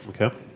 Okay